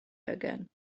again